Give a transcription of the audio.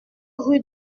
rue